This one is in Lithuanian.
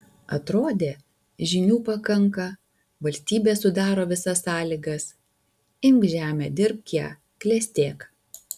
atrodė žinių pakanka valstybė sudaro visas sąlygas imk žemę dirbk ją klestėk